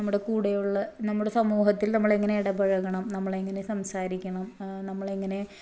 നമ്മുടെ കൂടെയുള്ള നമ്മുടെ സമൂഹത്തിൽ നമ്മൾ എങ്ങനെ ഇടപഴകണം നമ്മൾ എങ്ങനെ സംസാരിക്കണംനമ്മളെങ്ങനെ